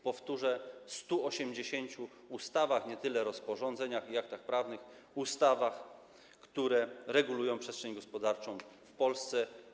Powtórzę: w 180 ustawach, nie tyle rozporządzeniach i innych aktach prawnych, ile w ustawach, które regulują przestrzeń gospodarczą w Polsce.